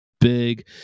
big